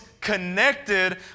connected